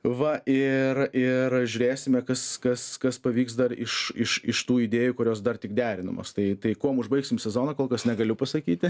va ir ir žiūrėsime kas kas kas pavyks dar iš iš iš tų idėjų kurios dar tik derinamos tai tai kuom užbaigsim sezoną kol kas negaliu pasakyti